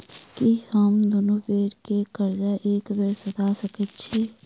की हम दुनू बेर केँ कर्जा एके बेर सधा सकैत छी?